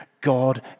God